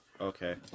Okay